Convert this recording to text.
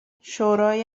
شورای